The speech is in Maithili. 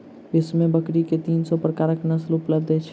विश्व में बकरी के तीन सौ प्रकारक नस्ल उपलब्ध अछि